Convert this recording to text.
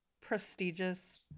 prestigious